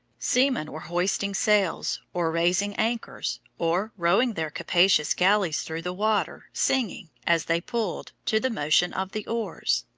seamen were hoisting sails, or raising anchors, or rowing their capacious galleys through the water, singing, as they pulled, to the motion of the oars.